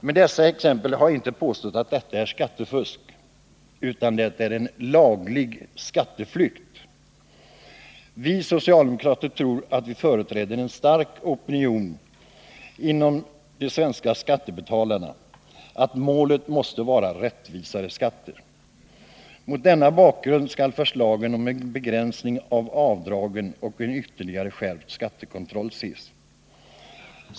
Med dessa exempel har jag inte påstått att det rör sig om skattefusk, utan detta är en laglig skatteflykt. Vi socialdemokrater tror att vi företräder en stark opinion bland de svenska skattebetalarna när vi hävdar att målet måste vara rättvisare skatter. Mot denna bakgrund skall förslagen om en begränsning av avdragen och en ytterligare skattekontroll ses.